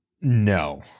No